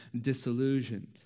disillusioned